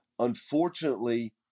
Unfortunately